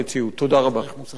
תודה רבה.